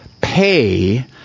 pay